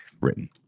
written